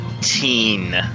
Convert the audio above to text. Teen